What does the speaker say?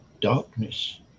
darkness